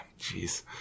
jeez